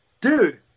dude